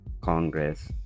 Congress